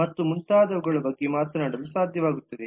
ಮತ್ತು ಮುಂತಾದವುಗಳ ಬಗ್ಗೆ ಮಾತನಾಡಲು ಸಾಧ್ಯವಾಗುತ್ತದೆ